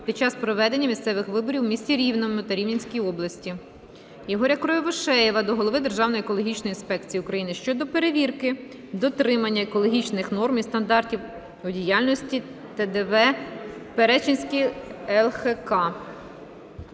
під час проведення місцевих виборів у місті Рівному та Рівненській області. Ігоря Кривошеєва до голови Державної екологічної інспекції України щодо перевірки дотримання екологічних норм і стандартів у діяльності ТДВ "Перечинський ЛХК".